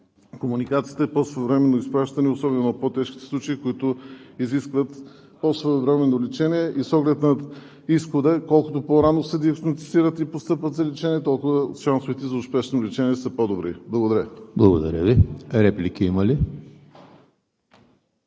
комуникацията, навременно изпращане, особено на по-тежките, случаи, които изискват по-своевременно лечение. С оглед на изхода – колкото по-рано се диагностицират и постъпват за лечение, толкова шансовете за успешно лечение са по добри. Благодаря. ПРЕДСЕДАТЕЛ ЕМИЛ ХРИСТОВ: Благодаря Ви. Реплики има ли?